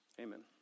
Amen